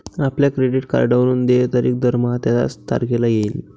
आपल्या क्रेडिट कार्डवरून देय तारीख दरमहा त्याच तारखेला येईल